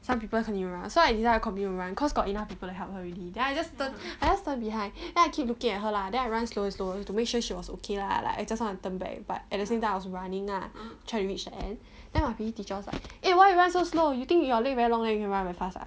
some people continue to run so I decided to continue to run cause got enough people to help her already then I just turn I just turn behind then I keep looking at her lah then I run slow slow as though to make sure she was okay lah like I just want to turn back but at the same time I was running ah try to reach the end then my P_E teacher was like eh why you run so slow you think you are late very long then you can run very fast ah